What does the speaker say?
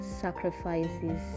sacrifices